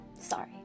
Sorry